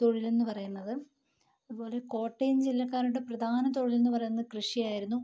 തൊഴിലെന്ന് പറയുന്നത് അതുപോലെ കോട്ടയം ജില്ലക്കാരുടെ പ്രധാന തൊഴിലെന്ന് പറയുന്നത് കൃഷിയായിരുന്നു